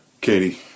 Katie